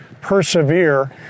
persevere